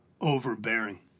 overbearing